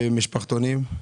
ומשפחתונים?